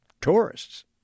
tourists